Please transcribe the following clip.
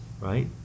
right